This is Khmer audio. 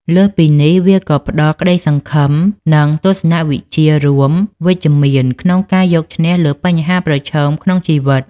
លើសពីនេះ វាក៏ផ្ដល់ក្តីសង្ឃឹម និងទស្សនវិជ្ជារួមវិជ្ជមានក្នុងការយកឈ្នះលើបញ្ហាប្រឈមក្នុងជីវិត។